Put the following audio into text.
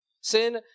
sin